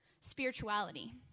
spirituality